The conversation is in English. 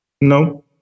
No